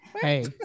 hey